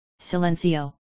Silencio